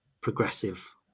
progressive